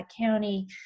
county